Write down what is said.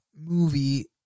movie